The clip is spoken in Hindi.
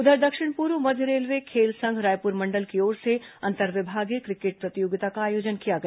उधर दक्षिण पूर्व मध्य रेलवे खेल संघ रायपुर मंडल की ओर से अंतर्विभागीय क्रिकेट प्रतियोगिता का आयोजन किया गया